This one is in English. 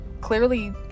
clearly